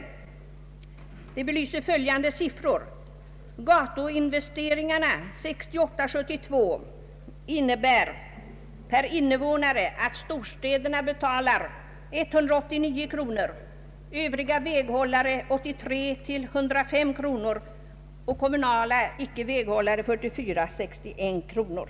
Detta belyser följande siffror: gatuinvesteringarna under tiden 1968—1972 fördelas så att per invånare betalas av storstäderna 189 kronor, av övriga väghållare 83—105 kronor och av kommunala icke väghållare 44—61 kronor.